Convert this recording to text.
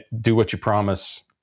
do-what-you-promise